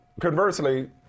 conversely